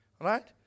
right